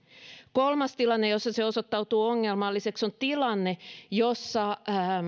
kolmas tilanne jossa se osoittautuu ongelmalliseksi on tilanne jossa